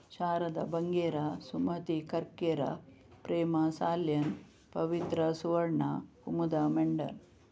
Sharada Bangera Sumathi Karkera Prema Salian Pavithra Suvarna Kumuda Mendon